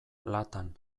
latan